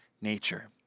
nature